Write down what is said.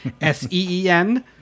S-E-E-N